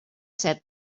said